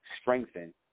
strengthen